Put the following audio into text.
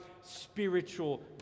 spiritual